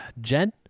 Jen